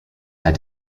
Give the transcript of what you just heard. had